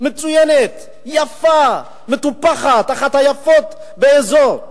מצוינת, מטופחת, אחת היפות באזור.